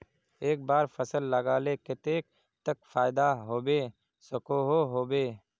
एक बार फसल लगाले कतेक तक फायदा होबे सकोहो होबे?